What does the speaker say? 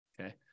Okay